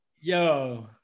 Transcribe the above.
Yo